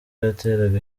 yateraga